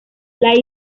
las